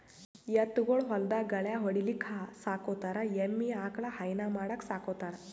ಎತ್ತ್ ಗೊಳ್ ಹೊಲ್ದಾಗ್ ಗಳ್ಯಾ ಹೊಡಿಲಿಕ್ಕ್ ಸಾಕೋತಾರ್ ಎಮ್ಮಿ ಆಕಳ್ ಹೈನಾ ಮಾಡಕ್ಕ್ ಸಾಕೋತಾರ್